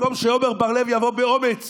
במקום שעמר בר לב יבוא באומץ